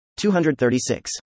236